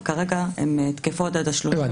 וכרגע הן תקפות עד ה-30 ביוני.